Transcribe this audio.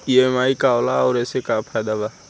EMI का होला और ओसे का फायदा बा?